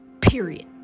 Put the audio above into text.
Period